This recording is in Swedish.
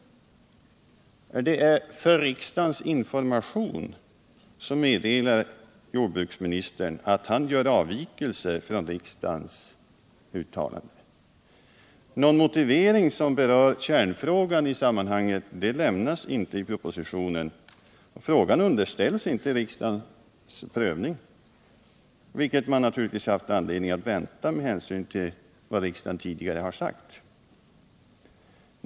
”För riksdagens information” meddelar jordbruksministern att han gör avvikelser från riksdagens uttalande. Någon motivering som berör kärnfrågan i sammanhanget lämnas inte i propositionen. Frågan underställs inte riksdagens prövning, vilket man naturligtvis hade haft anledning vänta med hänsyn till vad riksdagen tidigare har sagt.